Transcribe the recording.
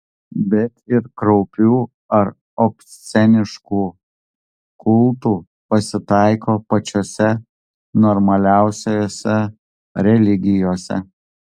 bet ir kraupių ar obsceniškų kultų pasitaiko pačiose normaliausiose religijose